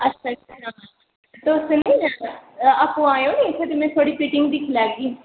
अच्छा अच्छा तुस निं आपूं आएओ निं इत्थै ते में थुआढ़ी फिटिंग दिक्खी लैह्गी